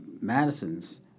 Madison's